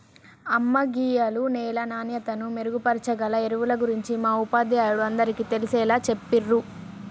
అమ్మ గీయాల నేల నాణ్యతను మెరుగుపరచాగల ఎరువుల గురించి మా ఉపాధ్యాయుడు అందరికీ తెలిసేలా చెప్పిర్రు